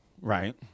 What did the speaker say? Right